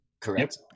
Correct